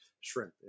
shrimp